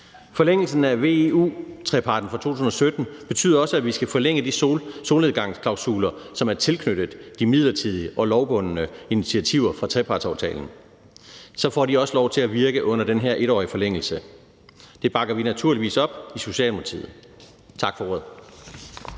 Forlængelsen af veu-treparten fra 2017 betyder også, at vi skal forlænge de solnedgangsklausuler, som er tilknyttet de midlertidige og lovbundne initiativer fra trepartsaftalen, og så får de også lov til at virke under den her 1-årige forlængelse. Det bakker vi naturligvis op i Socialdemokratiet. Tak for ordet.